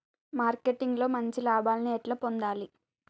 Marketing లో మంచి లాభాల్ని ఎట్లా పొందాలి?